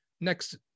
Next